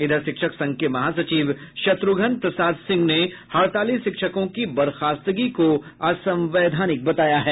इधर शिक्षक संघ के महासचिव शत्रुघ्न प्रसाद सिंह ने हड़ताली शिक्षकों की बर्खास्तगी को असंवैधानिक बताया है